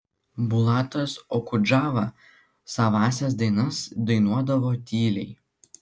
bulatas okudžava savąsias dainas dainuodavo tyliai